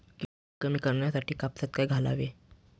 कीड कमी करण्यासाठी कापसात काय घालावे?